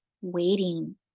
waiting